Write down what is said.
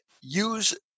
Use